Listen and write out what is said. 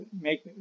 make